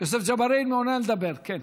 יוסף ג'בארין מעוניין לדבר, כן.